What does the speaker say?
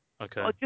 Okay